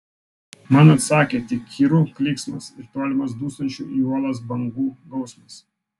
man atsakė tik kirų klyksmas ir tolimas dūžtančių į uolas bangų gausmas